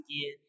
again